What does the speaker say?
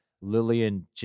Lillian